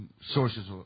sources